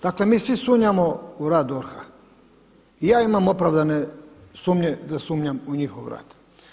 Dakle mi svi sumnjamo u rad DORH-a i ja imam opravdane sumnje da sumnjam u njihov rad.